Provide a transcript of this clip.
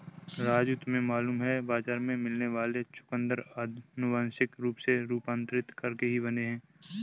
राजू तुम्हें मालूम है बाजार में मिलने वाले चुकंदर अनुवांशिक रूप से रूपांतरित करके ही बने हैं